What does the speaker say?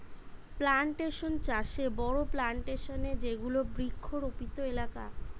plantation চাষে বড়ো plantation এ যেগুলি বৃক্ষরোপিত এলাকা